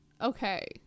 Okay